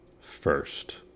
first